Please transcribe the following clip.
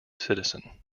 citizen